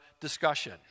discussion